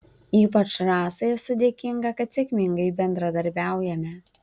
ypač rasai esu dėkinga kad sėkmingai bendradarbiaujame